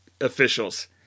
officials